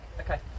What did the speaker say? Okay